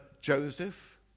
Joseph